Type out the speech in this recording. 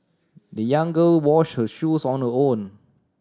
the young girl wash her shoes on her own